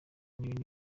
n’indi